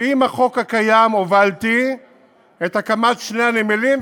עם החוק הקיים הובלתי את הקמת שני הנמלים,